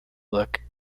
look